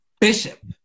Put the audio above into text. Bishop